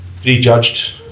prejudged